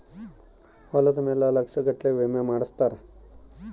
ಹೊಲದ ಮೇಲೆ ಲಕ್ಷ ಗಟ್ಲೇ ವಿಮೆ ಮಾಡ್ಸಿರ್ತಾರ